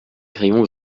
crayons